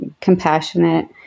compassionate